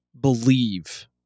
believe